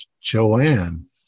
Joanne